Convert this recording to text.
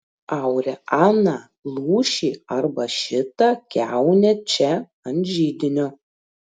aure aną lūšį arba šitą kiaunę čia ant židinio